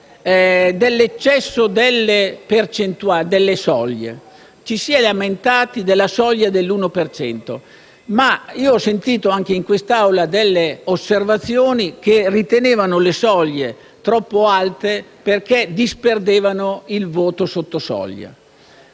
dell'eccesso delle soglie; ci si è lamentati della soglia dell'uno per cento, ma ho sentito anche in questa Aula osservazioni che ritenevano le soglie troppo alte perché disperdevano il voto sotto soglia.